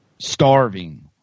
starving